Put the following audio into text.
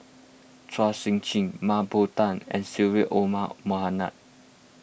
Chua Sian Chin Mah Bow Tan and Syed Omar Mohamed